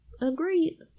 Agreed